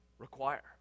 require